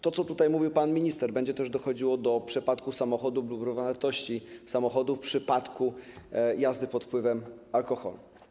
Tak jak tutaj mówił pan minister, będzie też dochodziło do przepadku samochodu lub równowartości samochodu w przypadku jazdy pod wpływem alkoholu.